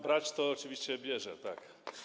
Brać to oczywiście bierze, tak.